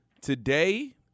today